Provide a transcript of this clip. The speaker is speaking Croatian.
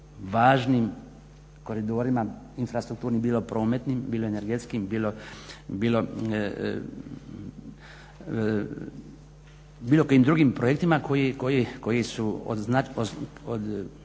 važnim koridorima infrastrukturnim, bilo prometnim, bilo energetskim, bilo kojim drugim projektima koji su od